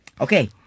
Okay